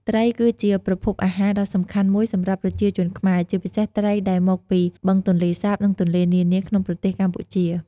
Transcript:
ត្រីគឺជាប្រភពអាហារដ៏សំខាន់មួយសម្រាប់ប្រជាជនខ្មែរ ជាពិសេសត្រីដែលមកពីបឹងទន្លេសាប និងទន្លេនានាក្នុងប្រទេសកម្ពុជា។